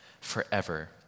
forever